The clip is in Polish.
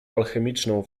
alchemiczną